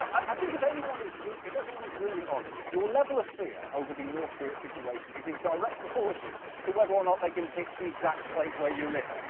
i think if anyone is if everyone is really honest, your level of fear over the north korea situation is in direct proportion to whether or not they can hit the exact place where you live.